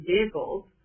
vehicles